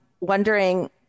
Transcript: wondering